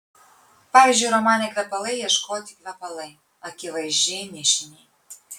pavyzdžiui romane kvepalai ieškoti kvepalai akivaizdžiai nišiniai